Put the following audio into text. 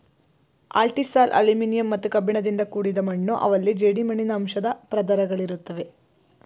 alfisol aluminium ಮತ್ತು ಕಬ್ಬಿಣದಿಂದ ಕೂಡಿದ ಮಣ್ಣು ಅವಲ್ಲಿ ಜೇಡಿಮಣ್ಣಿನ ಅಂಶದ್ ಪದರುಗಳಿರುತ್ವೆ